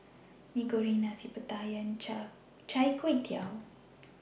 Mee Goreng Nasi Pattaya and Chai Tow Kway